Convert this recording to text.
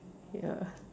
ya